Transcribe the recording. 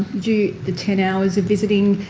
the the ten hours of visiting.